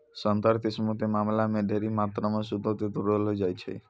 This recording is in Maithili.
संकर किस्मो के मामला मे ढेरी मात्रामे सूदो के घुरैलो जाय छै